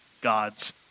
God's